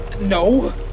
no